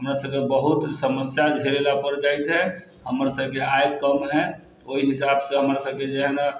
हमरा सभके बहुत समस्या झेलय ले पड़ जाइ छै हमर सभके आय कम है ओहि हिसाबसँ हमर सभके जेहै न